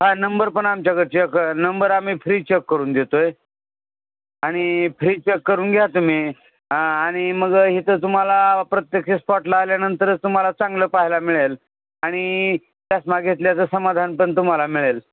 हा नंबर पण आमच्याकडे चेक नंबर आम्ही फ्री चेक करून देतो आहे आणि फ्री चेक करून घ्या तुम्ही आणि मग हथं तुम्हाला प्रत्यक्ष स्पॉटला आल्यानंतरच तुम्हाला चांगलं पहायला मिळेल आणि चष्मा घेतल्याचं समाधान पण तुम्हाला मिळेल